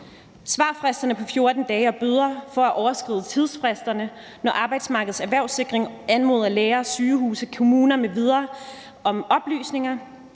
Svarfristerne på 14 dage og bøder for at overskride tidsfristerne, når Arbejdsmarkedets Erhvervssikring anmoder læger og sygehuse, kommuner m.v. om oplysninger,